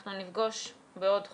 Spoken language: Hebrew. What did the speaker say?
אנחנו נפגוש בעוד חודש,